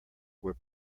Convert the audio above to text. were